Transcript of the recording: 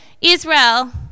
Israel